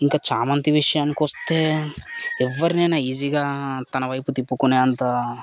ఇంకా చామంతి విషయానికొస్తే ఎవరినైనా ఈజీగా తన వైపు తిప్పుకునే అంత